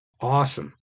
Awesome